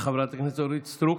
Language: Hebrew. לחברת הכנסת אורית סטרוק.